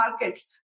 markets